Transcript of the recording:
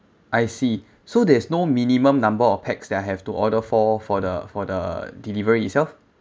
I see so there's no minimum number of pax that I have to order for for the for the delivery itself